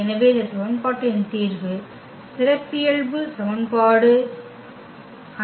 எனவே இந்த சமன்பாட்டின் தீர்வு சிறப்பியல்பு சமன்பாடு என்று அழைக்கப்படுகிறது